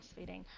breastfeeding